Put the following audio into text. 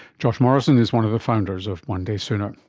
josh morrison is one of the founders of one daysooner.